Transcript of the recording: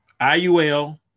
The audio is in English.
IUL